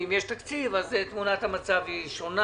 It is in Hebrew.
ואם יש תקציב אז תמונת המצב שונה.